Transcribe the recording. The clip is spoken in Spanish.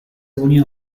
unió